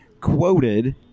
quoted